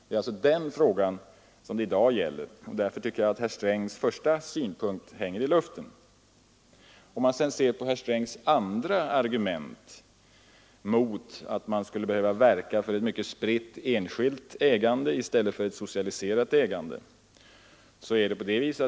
Det är den frågan som det i dag gäller och därför tycker jag att herr Strängs första synpunkt hänger i luften. Vi kommer så till herr Strängs andra argument mot att verka för ett mycket spritt, enskilt ägande i stället för ett socialiserat ägande.